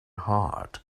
heart